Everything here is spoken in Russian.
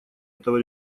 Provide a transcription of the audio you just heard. этого